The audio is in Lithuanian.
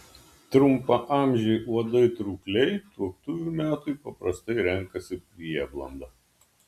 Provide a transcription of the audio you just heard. trumpaamžiai uodai trūkliai tuoktuvių metui paprastai renkasi prieblandą